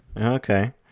okay